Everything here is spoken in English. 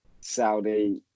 Saudi